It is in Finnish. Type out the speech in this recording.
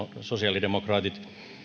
sosiaalidemokraatit